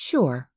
Sure